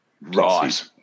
Right